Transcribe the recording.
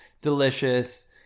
delicious